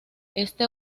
este